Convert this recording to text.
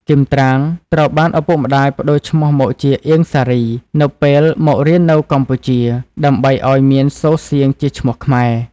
គីម ត្រាង ត្រូវបានឳពុកម្តាយ ប្តូរឈ្មោះមកជា អៀង សារី នៅពេលមករៀននៅកម្ពុជា ដើម្បីឱ្យមានសូរសៀងជាឈ្មោះខ្មែរ។